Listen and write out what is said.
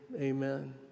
amen